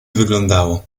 wyglądało